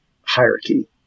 hierarchy